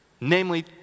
namely